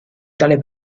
tale